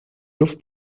luft